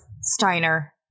Steiner